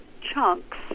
chunks